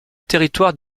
territoire